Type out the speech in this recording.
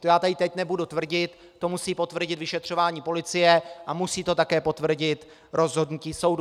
To já tady teď nebudu tvrdit, to musí potvrdit vyšetřování policie a musí to také potvrdit rozhodnutí soudu.